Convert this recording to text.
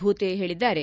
ಭೂತೆ ಹೇಳಿದ್ದಾರೆ